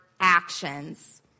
actions